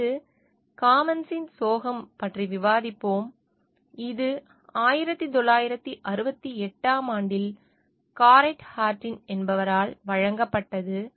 அடுத்து காமன்ஸின் சோகம் பற்றி விவாதிப்போம் இது 1968 ஆம் ஆண்டில் காரெட் ஹார்டின் என்பவரால் வழங்கப்பட்டது